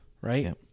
right